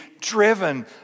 driven